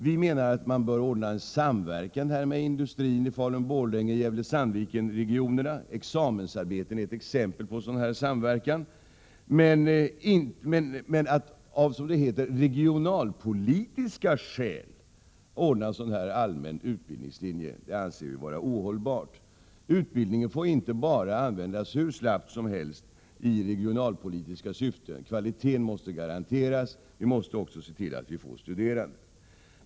Vi menar att man bör ordna en samverkan med industrin i Falun Borlängeoch Gävle-Sandviken-regionerna. Examensarbeten är ett exempel på sådan samverkan. Att av, som det heter, regionalpolitiska skäl ordna sådana här allmänna utbildningslinjer anser vi vara ohållbart. Utbildningen får inte användas hur slappt som helst i regionalpolitiska syften. Kvaliteten måste garanteras. Vi måste också se till att vi får studerande.